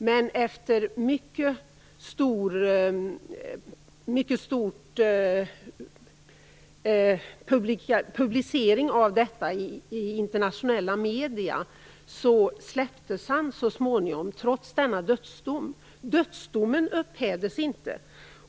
Men efter mycket stor publicitet i internationella medier släpptes han så småningom, trots denna dödsdom. Dödsdomen upphävdes inte.